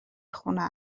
خونست